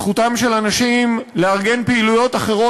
זכותם של אנשים לארגן פעילויות אחרות